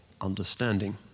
understanding